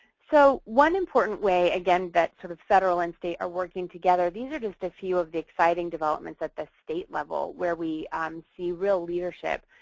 so, one important way again that sort of federal and state are working together. these are just a few of the exciting development that the state level where we see real leadership.